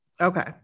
Okay